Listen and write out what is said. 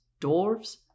dwarves